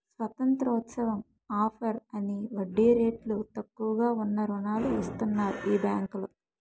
స్వతంత్రోత్సవం offer అని వడ్డీ రేట్లు తక్కువగా ఉన్న రుణాలు ఇస్తన్నారు ఈ బేంకులో